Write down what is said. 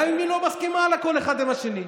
גם אם היא לא מסכימה על הכול אחד עם השני.